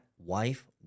Wife